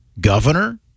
governor